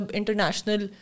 international